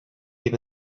even